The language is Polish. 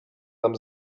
nam